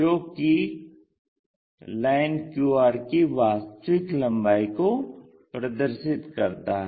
जो कि line qr कि वास्तविक लम्बाई को प्रदर्शित करता है